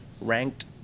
ranked